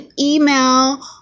email